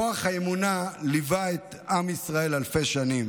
כוח האמונה ליווה את עם ישראל אלפי שנים.